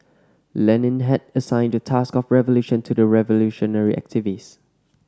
Lenin had assigned the task of revolution to the revolutionary activist